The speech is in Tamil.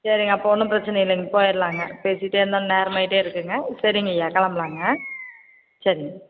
சரிங்க அப்போது ஒன்றும் பிரச்சின இல்லைங்க போயிடலாங்க பேசிகிட்டே இருந்தால் நேரமாகிட்டே இருக்குங்க சரிங்கய்யா கிளம்பலாங்க சரிங்க